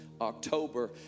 October